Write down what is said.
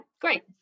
great